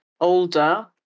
older